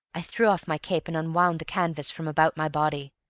i threw off my cape and unwound the canvas from about my body.